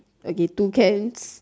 okay two cans